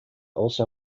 also